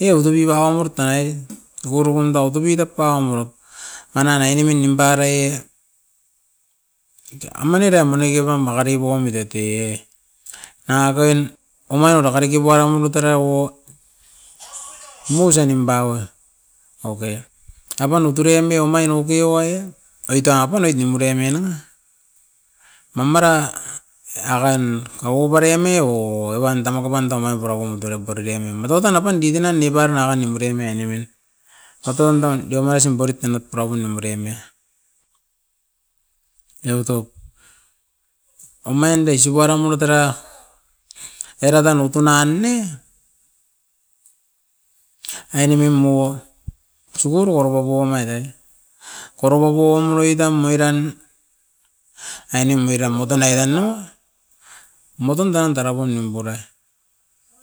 E o tovi va orortarai, togoro uan tau tovi ra paun rop, mana na ainemin nimparaie te amanire manike pam makari pauamit eteie. Nanga kain omai rakaka diki pouara omai tara uo, musin nim paua. Okay, apan o turemi omain okay owaia, oit tapu noit nemiremie nanga ma mara akain kauo parem e uo evan tamaka pan tamai pura uo motero puraim e mato tan a pan didi nan ni parana akain nim mure me ainemin. Paton dan deo maisim borit tanat pura pum ne muremia, eva top omain de subuara muru tera era tan utu na ne! Ainemin mo tsuguru aropo bonai re, koropo ko noa tam oiran ainem oiran moton airan nou, moton tan tara pua nimpurait